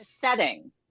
setting